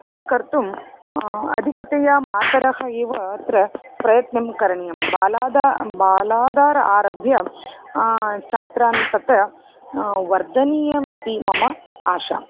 तद् कर्तुम् अधिकतया मातरः एव अत्र प्रयत्नं करणीयं बालाद बाल्यादारभ्य छात्रान् तत् वर्धनीयम् इति मम आशा